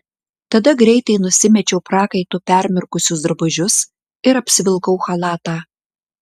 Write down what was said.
tada greitai nusimečiau prakaitu permirkusius drabužius ir apsivilkau chalatą